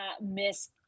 Miss